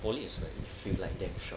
poly is like you feel like damn short